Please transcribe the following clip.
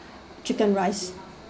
chicken rice